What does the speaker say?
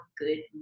good